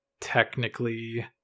technically